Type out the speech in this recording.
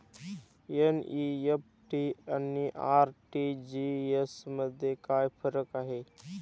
NEFT आणि RTGS मध्ये काय फरक आहे?